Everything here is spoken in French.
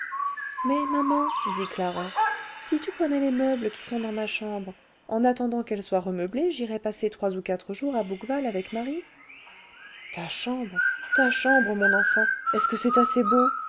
mais maman dit clara si tu prenais les meubles qui sont dans ma chambre en attendant qu'elle soit remeublée j'irais passer trois ou quatre jours à bouqueval avec marie ta chambre ta chambre mon enfant est-ce que c'est assez beau